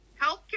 healthcare